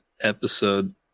episode